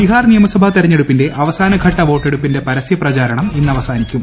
ബിഹാർ നിയമസഭാ ്തെരഞ്ഞെടുപ്പിന്റെ അവസാന ഘട്ട ന് വോട്ടെടുപ്പിന്റെ പരസ്യ പ്രചാരണം ഇന്ന് അവസാനിക്കും